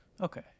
Okay